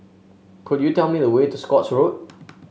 could you tell me the way to Scotts Road